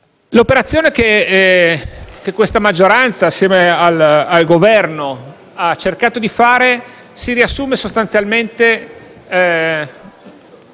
L'operazione che questa maggioranza, assieme al Governo, ha cercato di fare si riassume sostanzialmente